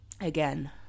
again